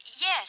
Yes